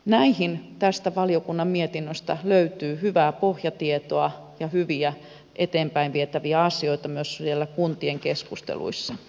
näihin tästä valiokunnan mietinnöstä löytyy hyvää pohjatietoa ja hyviä eteenpäin vietäviä asioita myös sinne kuntien keskusteluihin